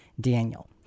Daniel